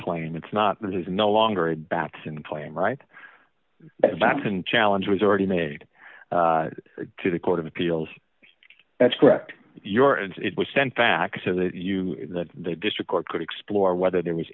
claim it's not there is no longer baths and playing right back can challenge was already made to the court of appeals that's correct your it was sent back to you that the district court could explore whether there was